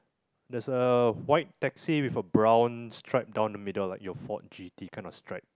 there's a white taxi with a brown stripe down the middle like your Ford G_T kind of stripe